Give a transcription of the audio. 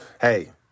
hey